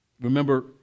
Remember